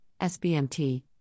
SBMT